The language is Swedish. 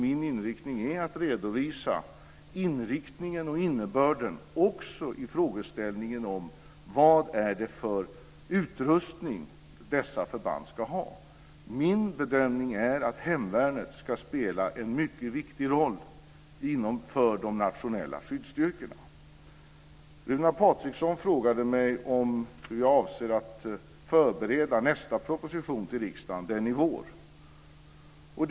Min avsikt är att redovisa vilken utrustning dessa förband ska ha. Min bedömning är att hemvärnet ska spela en mycket viktig roll för de nationella skyddsstyrkorna. Runar Patriksson frågade mig hur jag avser att förbereda nästa proposition till riksdagen, den som ska komma i vår.